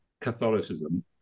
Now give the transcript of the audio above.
catholicism